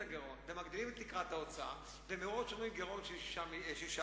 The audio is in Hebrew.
הגירעון ומגדילים את תקרת ההוצאה ומראש אומרים גירעון של 6%?